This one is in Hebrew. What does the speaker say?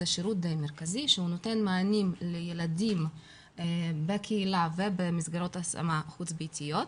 זה שירות די מרכזי שנותן מענים לילדים בקהילה ובמסגרות השמה חוץ ביתיות,